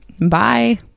Bye